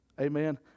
Amen